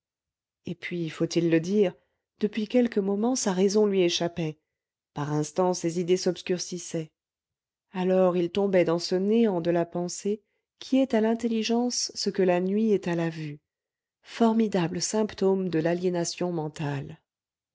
et puis faut-il le dire depuis quelques moments sa raison lui échappait par instants ses idées s'obscurcissaient alors il tombait dans ce néant de la pensée qui est à l'intelligence ce que la nuit est à la vue formidable symptôme de l'aliénation mentale